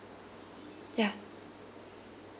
ya